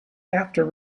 after